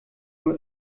nur